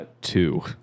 Two